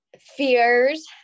fears